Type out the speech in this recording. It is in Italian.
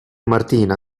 martina